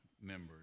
members